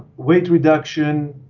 weight reduction,